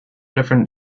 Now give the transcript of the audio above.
different